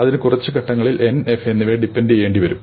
അതിനു കുറച്ച് ഘട്ടങ്ങളിൽ N F എന്നിവയെ ഡിപെൻഡ് ചെയ്യേണ്ടി വരും